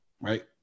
right